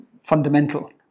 fundamental